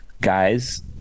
guys